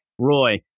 roy